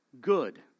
good